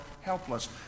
helpless